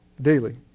daily